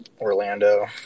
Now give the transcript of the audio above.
Orlando